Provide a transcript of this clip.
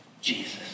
Jesus